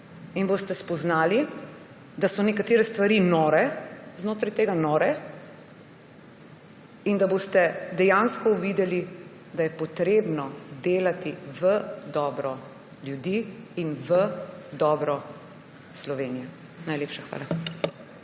in boste spoznali, da so nekatere stvari znotraj tega nore, in boste dejansko uvideli, da je potrebno delati v dobro ljudi in v dobro Slovenije. Najlepša hvala.